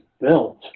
built